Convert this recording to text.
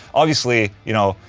obviously, you know,